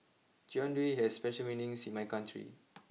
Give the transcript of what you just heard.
Jian Dui has special meanings in my country